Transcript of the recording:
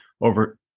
over